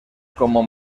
como